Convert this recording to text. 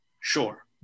Sure